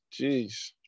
Jeez